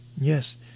Yes